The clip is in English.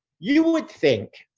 you would think,